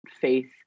faith